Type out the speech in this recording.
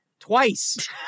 Twice